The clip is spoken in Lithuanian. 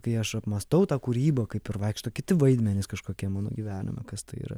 kai aš apmąstau tą kūrybą kaip ir vaikšto kiti vaidmenys kažkokie mano gyvenime kas tai yra